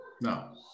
No